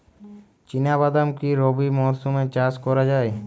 চিনা বাদাম কি রবি মরশুমে চাষ করা যায়?